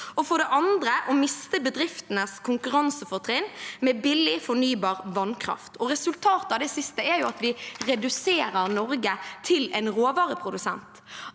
(første dag) 2023 enes konkurransefortrinn med billig fornybar vannkraft. Resultatet av det siste er at vi reduserer Norge til en råvareprodusent.